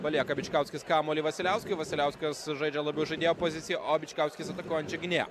palieka bičkauskis kamuolį vasiliauskui vasiliauskas žaidžia labiau žaidėjo pozicija o bičkauskis atakuojančio gynėjo